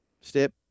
step